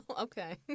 okay